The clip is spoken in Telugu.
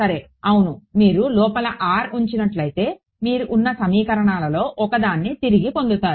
సరే అవును మీరు లోపల r ఉంచినట్లయితే మీరు ఉన్న సమీకరణాలలో ఒకదాన్ని తిరిగి పొందుతారు